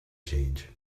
change